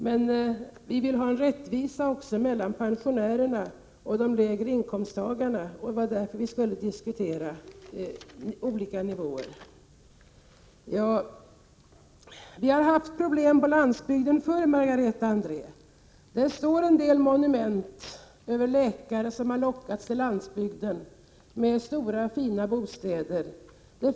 Men vi vill ha rättvisa också mellan pensionärerna och de lägre inkomsttagarna, och det är därför vi skall diskutera olika nivåer. Vi har haft problem på landsbygden förr, Margareta Andrén. Där finns en del monument över försöken att locka läkare till landsbygden med stora och fina bostäder.